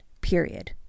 Period